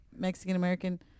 Mexican-American